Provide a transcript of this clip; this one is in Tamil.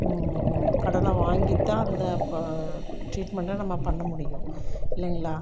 கடனாக வாங்கித் தான் அந்த ப ட்ரீட்மெண்ட்டை நம்ம பண்ண முடியும் இல்லைங்களா